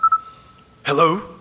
Hello